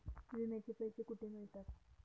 विम्याचे पैसे कुठे मिळतात?